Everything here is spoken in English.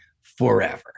forever